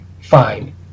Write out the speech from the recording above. Fine